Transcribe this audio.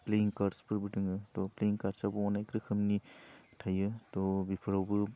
फ्लेइं खार्टफोरबो दोङो थह फ्लेइं खार्टआबो अनेक रोखोमनि थायो थह बेफोरावबो